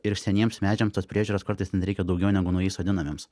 ir seniems medžiams tos priežiūros kartais net reikia daugiau negu naujai sodinamiems